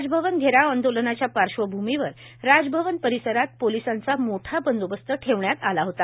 राजभवन घेराव आंदोलनाच्या पार्श्वभूमीवर राजभवन परिसरात पोलिसांचा मोठा बंदोबस्त ठेवण्यात आला होता